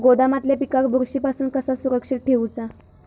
गोदामातल्या पिकाक बुरशी पासून कसा सुरक्षित ठेऊचा?